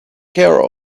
care